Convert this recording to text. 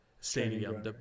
stadium